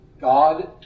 God